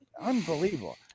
Unbelievable